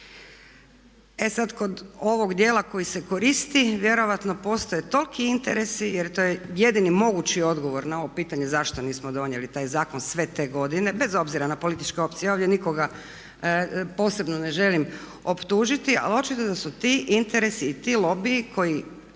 E sada kod ovog dijela koji se koristi, vjerojatno postoje toliki interesi jer to je jedini mogući odgovor na ovo pitanje zašto nismo donijeli taj zakon sve te godine bez obzira na političke opcije, ja ovdje nikoga posebno ne želim optužiti ali očito da su ti interesi i ti lobiji koji